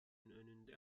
önünde